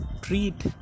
treat